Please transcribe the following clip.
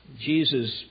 Jesus